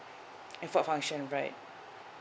function right